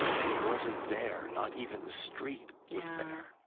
and it wasn't there. not even the street was there.